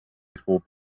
before